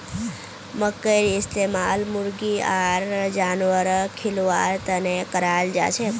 मखईर इस्तमाल मुर्गी आर जानवरक खिलव्वार तने कराल जाछेक